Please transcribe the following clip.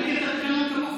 אני מכיר את התקנון כמוך.